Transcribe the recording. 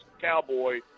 Cowboy